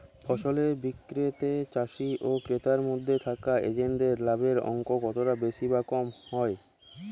ফসলের বিক্রিতে চাষী ও ক্রেতার মধ্যে থাকা এজেন্টদের লাভের অঙ্ক কতটা বেশি বা কম হয়?